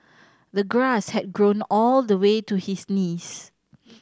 the grass had grown all the way to his knees